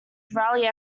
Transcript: rally